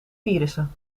virussen